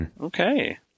okay